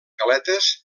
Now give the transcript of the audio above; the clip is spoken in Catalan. galetes